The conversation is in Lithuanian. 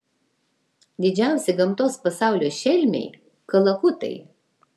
didžiausi gamtos pasaulio šelmiai kalakutai